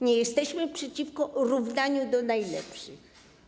Nie jesteśmy przeciwko równaniu do najlepszych.